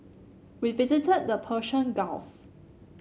we visited the Persian Gulf